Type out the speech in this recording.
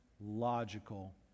logical